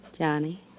Johnny